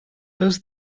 does